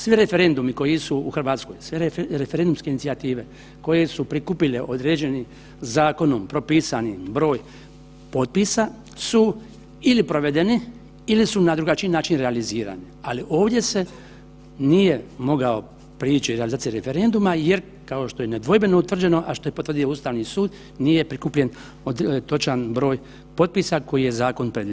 Svi referendumi koji su u RH, sve referendumske inicijative koje su prikupile određeni zakonom propisani broj potpisa su ili provedene ili su na drugačiji način realizirane, ali ovdje se nije mogao prići … [[Govornik se ne razumije]] referenduma jer kao što je nedvojbeno utvrđeno, a što je potvrdio Ustavni sud, nije prikupljen točan broj potpisa koji je zakon predvidio.